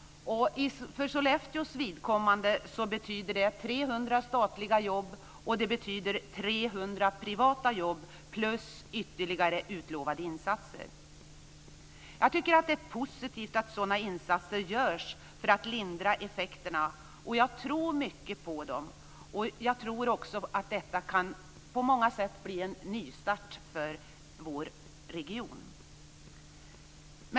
För Sollefteås vidkommande betyder det 300 statliga jobb och 300 privata jobb plus ytterligare utlovade insatser. Jag tycker att det är positivt att sådana insatser görs för att lindra effekterna, och jag tror mycket på dem. Jag tror också att detta på många sätt kan bli en nystart för vår region.